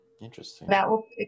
Interesting